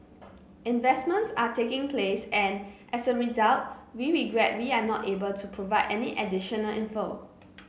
investments are taking place and as a result we regret we are not able to provide any additional info